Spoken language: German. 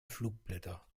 flugblätter